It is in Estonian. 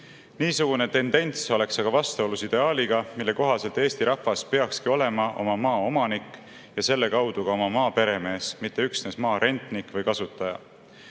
Niisugune tendents oleks aga vastuolus ideaaliga, mille kohaselt Eesti rahvas peakski olema oma maa omanik ja selle kaudu ka oma maa peremees, mitte üksnes maa rentnik või kasutaja.